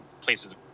Places